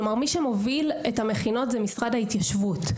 כלומר, מי שמוביל את המכינות הוא משרד ההתיישבות.